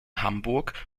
hamburg